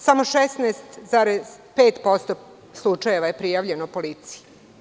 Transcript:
Samo 16,5% slučajeva je prijavljeno policiji.